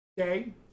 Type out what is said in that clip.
Okay